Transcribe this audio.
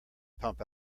pump